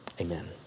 Amen